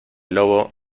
lobo